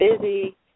busy